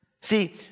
See